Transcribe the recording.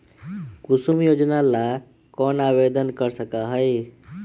कुसुम योजना ला कौन आवेदन कर सका हई?